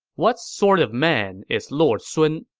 what sort of man is lord sun?